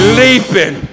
leaping